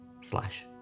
slash